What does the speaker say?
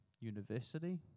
university